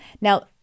now